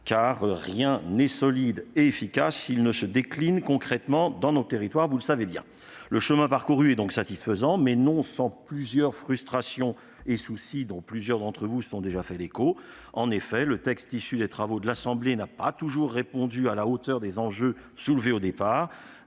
car rien n'est solide ni efficace s'il ne se décline concrètement sur nos territoires. Le chemin parcouru est donc satisfaisant. Demeurent cependant plusieurs frustrations et soucis dont plusieurs d'entre vous se sont déjà fait l'écho. Le texte issu des travaux de l'Assemblée nationale n'a pas toujours correspondu à la hauteur des enjeux soulevés au départ.